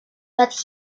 but